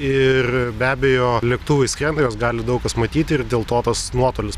ir be abejo lėktuvai skrenda juos gali daug kas matyti ir dėl to tas nuotolis